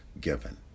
given